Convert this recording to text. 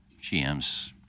GMs